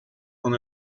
con